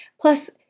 Plus